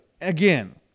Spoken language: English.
again